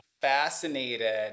fascinated